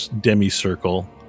demi-circle